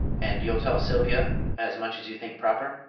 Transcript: and you'll tell sylvia as much as you think proper?